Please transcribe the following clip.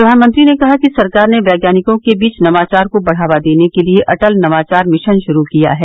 प्रधानमंत्री ने कहा कि सरकार ने वैज्ञानिकों के बीच नवाचार को बढ़ावा देने के लिए अटल नवाचार मिशन शुरू किया है